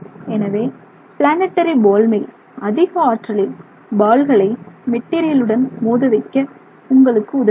எனவே planetary ball mill அதிக ஆற்றலில் பால்களை மெட்டீரியலுடன் மோத வைக்க உங்களுக்கு உதவுகிறது